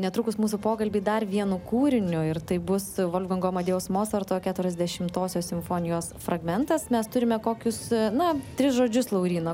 netrukus mūsų pokalbį dar vienu kūriniu ir tai bus volfgango amadėjaus mocarto keturiasdešimtosios simfonijos fragmentas mes turime kokius na tris žodžius lauryna